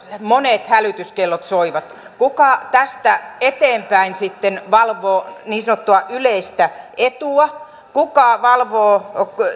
monet hälytyskellot soivat kuka tästä eteenpäin sitten valvoo niin sanottua yleistä etua kuka valvoo